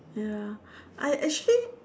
ya I actually